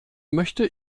möchte